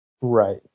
Right